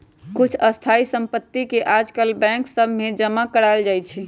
कुछ स्थाइ सम्पति के याजकाल बैंक सभ में जमा करायल जाइ छइ